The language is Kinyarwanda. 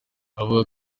avuga